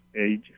Age